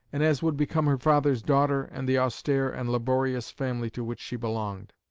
and as would become her father's daughter and the austere and laborious family to which she belonged.